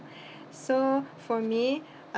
so for me uh